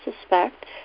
suspect